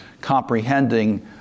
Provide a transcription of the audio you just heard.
comprehending